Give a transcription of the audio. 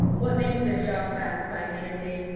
what makes their job satisfying day to day,